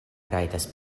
rajtas